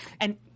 and-